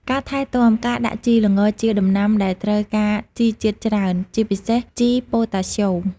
ការថែទាំ ការដាក់ជី ល្ងជាដំណាំដែលត្រូវការជីជាតិច្រើន ជាពិសេស ជីប៉ូតាស្យូម។